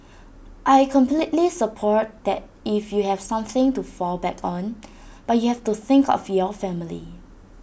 I completely support that if you have something to fall back on but you have to think of your family